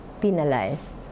penalized